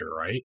right